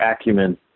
acumen